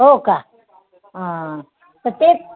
हो का त ते